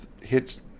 hits